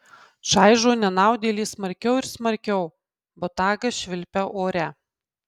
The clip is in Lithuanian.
čaižo nenaudėlį smarkiau ir smarkiau botagas švilpia ore